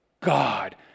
God